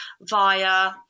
via